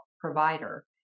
provider